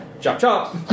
chop-chop